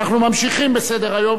אנחנו ממשיכים בסדר-היום,